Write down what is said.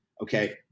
Okay